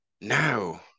Now